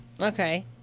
Okay